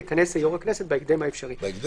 יכנס יושב ראש הכנסת בהקדם האפשרי.